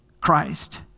Christ